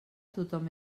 tothom